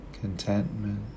contentment